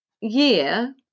year –